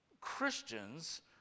Christians